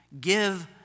Give